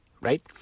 Right